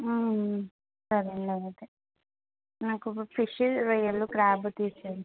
సరే అండి అయితే నాకు ఒక ఫిష్ రొయ్యలు క్రాబు తీయండి